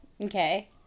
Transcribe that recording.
Okay